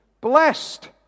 blessed